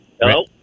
Hello